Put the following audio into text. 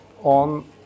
on